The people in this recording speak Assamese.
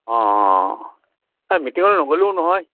অঁ এই মিটিঙলৈ নগ'লেও নহয়